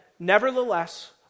Nevertheless